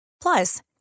Plus